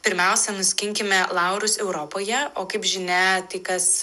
pirmiausia nuskinkime laurus europoje o kaip žinia tai kas